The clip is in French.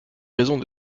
raisons